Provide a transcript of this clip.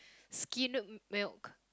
skimmed milk